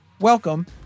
welcome